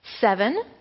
Seven